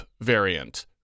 variant